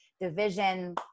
division